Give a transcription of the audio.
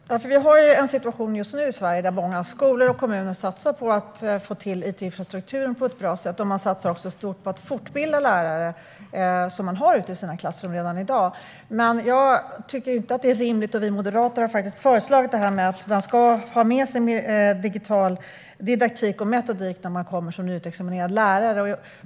Herr talman! Vi har en situation just nu i Sverige där många skolor och kommuner satsar på att få till it-infrastrukturen på ett bra sätt. De satsar också stort på att fortbilda lärare som de redan i dag har ute i sina klassrum. Vi moderater har föreslagit att man ska ha med sig digital didaktik och metodik när man kommer som nyutexaminerad lärare.